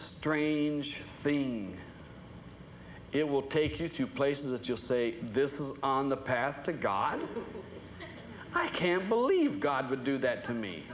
strange thing it will take you to places that you'll say this is on the path to god i can't believe god would do that to me